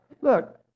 Look